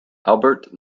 albert